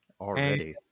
Already